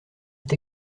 est